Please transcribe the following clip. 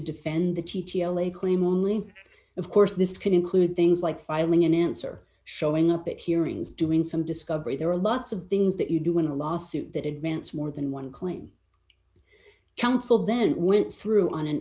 defend the t t l a claim only of course this can include things like filing an answer showing up at hearings doing some discovery there are lots of things that you do in a lawsuit that advance more than one claim council then went through on an